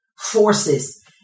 forces